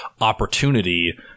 opportunity